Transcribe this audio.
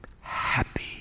happy